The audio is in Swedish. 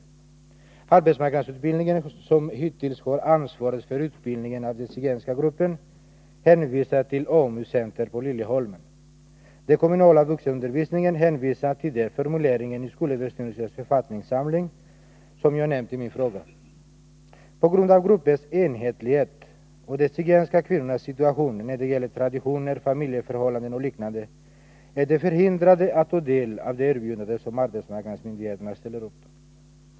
Företrädarna för arbetsmarknadsutbildningen, där man hittills haft ansvaret för utbildning av den zigenska gruppen, hänvisar till AMU-centret på Liljeholmen. De som företräder den kommunala vuxenundervisningen hänvisar till den formulering i SÖ:s författningssamling som jag nämnt i min fråga. På grund av gruppens enhetlighet och de zigenska kvinnornas situation när det gäller traditioner, familjeförhållanden och liknande, är dessa människor förhindrade att anta arbetsmarknadsmyndigheternas erbjudande.